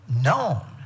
known